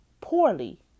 poorly